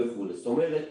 זאת אומרת,